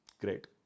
Great